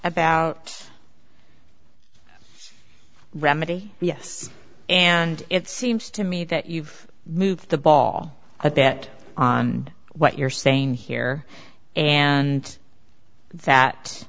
about remedy yes and it seems to me that you've moved the ball a bit on what you're saying here and that